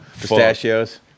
pistachios